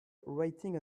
waiting